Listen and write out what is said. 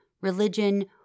religion